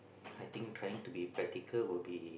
I think trying to be practical will be